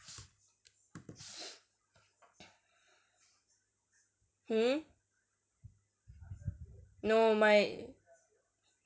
hmm no my